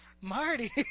Marty